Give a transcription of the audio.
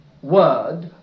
word